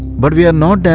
but we are not